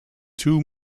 two